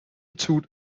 tut